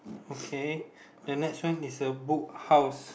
okay the next one is a Book House